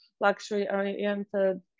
luxury-oriented